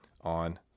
on